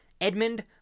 Edmund